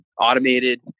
automated